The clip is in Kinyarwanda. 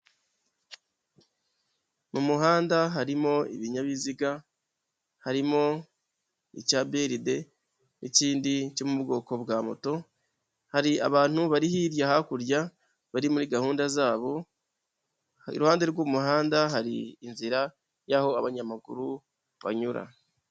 Mu muhanda harimo ibinyabiziga, harimo icya BRD n'ikindi cyo mu bwoko bwa moto, hari abantu bari hirya hakurya bari muri gahunda zabo, iruhande rw'umuhanda hari inzira y'aho abanyamaguru banyura.